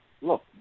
look